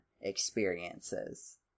experiences